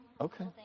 okay